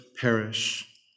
perish